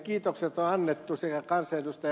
rajamäelle ja ed